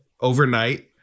overnight